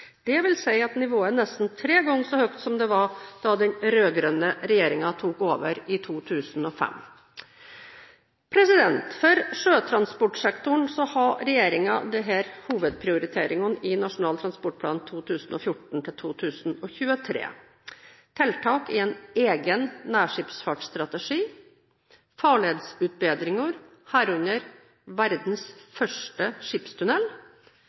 si at nivået er nesten tre ganger så høyt som det var da den rød-grønne regjeringen tok over i 2005. For sjøtransportsektoren har regjeringen disse hovedprioriteringene i Nasjonal transportplan 2014–2023: tiltak i en egen nærskipsfartstrategi farledsutbedringer – herunder verdens første skipstunnel